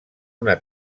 una